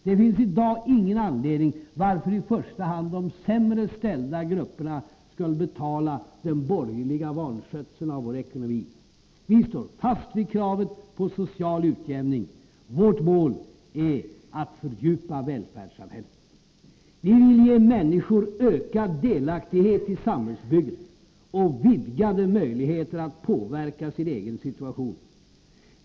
Det finns i dag ingen anledning till att i första hand de sämre ställda grupperna skall betala den borgerliga vanskötseln av vår ekonomi. Vi står fast vid kravet på social utjämning. Vårt mål är att fördjupa välfärden i samhället. Vi vill ge människor ökad delaktighet i samhällsbygget och vidgade möjligheter att påverka sin egen situation.